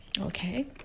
Okay